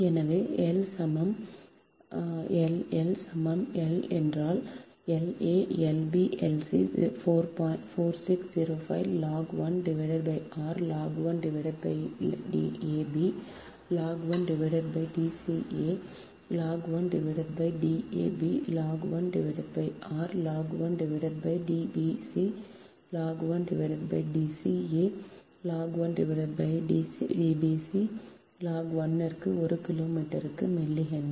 எனவே L சமம் L L சமம் L என்றல் L a L b L c 4605 log 1 r log 1 D a b log 1 D c a log 1 D a b log 1 r log 1 D b c log 1 D c a log 1 D b c log 1 க்கு ஒரு கிலோமீட்டருக்கு milli Henry